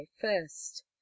first